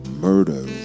murder